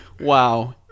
Wow